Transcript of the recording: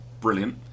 brilliant